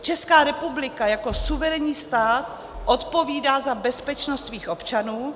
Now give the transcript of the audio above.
Česká republika jako suverénní stát odpovídá za bezpečnost svých občanů.